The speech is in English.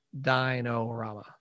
Dino-Rama